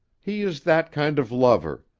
he is that kind of lover.